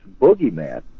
boogeyman